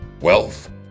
wealth